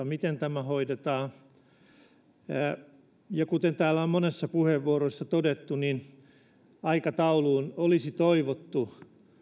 miten tämä hoidetaan ei roiku ilmassa ja kuten täällä on monissa puheenvuoroissa todettu niin aikatauluun olisi toivottu